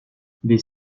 des